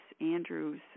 Andrew's